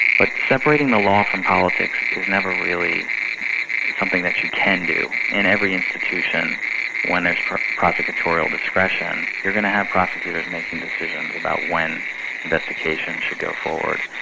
but separating the law from politics is never really something that you can do. in every institution when there's prosecutorial discretion, you've going to have prosecutors making decisions about when investigations should go forward,